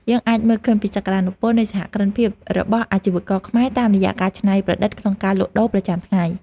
យើងអាចមើលឃើញពីសក្ដានុពលនៃសហគ្រិនភាពរបស់អាជីវករខ្មែរតាមរយៈការច្នៃប្រឌិតក្នុងការលក់ដូរប្រចាំថ្ងៃ។